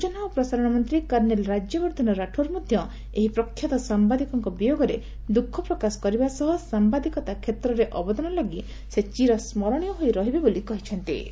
ସୂଚନା ଓ ପ୍ରସାରଣ ମନ୍ତ୍ରୀ କର୍ଷ୍ଣେଲ ରାଜ୍ୟବର୍ଦ୍ଧନ ରାଠୋର ମଧ୍ୟ ଏହି ପ୍ରଖ୍ୟାତ ସାମ୍ଭାଦିକଙ୍କ ବିୟୋଗରେ ଦୁଃଖପ୍ରକାଶ କରିବା ସହ ସାମ୍ଭାଦିକତା କ୍ଷେତ୍ରରେ ଅବଦାନ ଲାଗି ସେ ଚିରସ୍କରଣୀୟ ହୋଇ ରହିବେ ବୋଲି କହିଚ୍ଛନ୍ତି